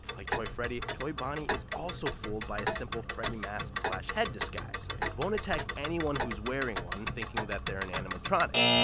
like toy freddy, toy bonnie is also fooled by a simple freddy mask head disguise and won't attack anyone who's wearing one thinking that they're an animatronic.